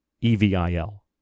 EVIL